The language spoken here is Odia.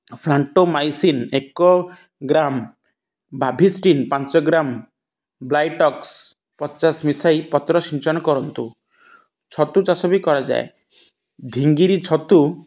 ଫ୍ରାଣ୍ଟୋମାଇସିନ୍ ଏକ ଗ୍ରାମ୍ ବାଭିିଷ୍ଟିନ୍ ପାଞ୍ଚ ଗ୍ରାମ୍ ବ୍ଲାଇଟକ୍ସ ପଚାଶ ମିଶାଇ ପତ୍ର ସିଞ୍ଚନ କରନ୍ତୁ ଛତୁ ଚାଷ ବି କରାଯାଏ ଧିଙ୍ଗିରି ଛତୁ